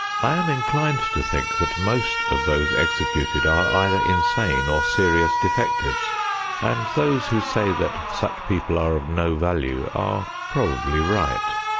i am inclined to think that most of those executed are either insane or serious defectives and those who say that such people are of no value are probably right.